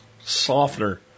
softener